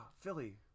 Philly